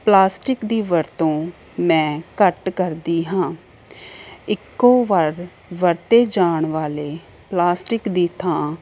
plastic ਦੀ ਵਰਤੋਂ ਮੈਂ ਘੱਟ ਕਰਦੀ ਹਾਂ ਇੱਕੋ ਵਾਰ ਵਰਤੇ ਜਾਣ ਵਾਲੇ ਪਲਾਸਟਿਕ ਦੀ ਥਾਂ